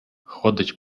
ходить